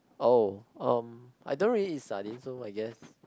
oh um I don't really eat sardine so I guess